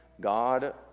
God